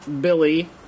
Billy